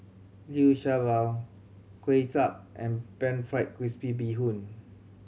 Liu Sha Bao Kuay Chap and Pan Fried Crispy Bee Hoon